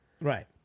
Right